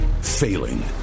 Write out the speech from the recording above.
Failing